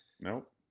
Nope